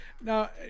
Now